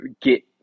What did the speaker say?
get